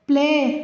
play